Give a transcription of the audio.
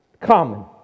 Common